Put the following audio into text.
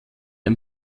ein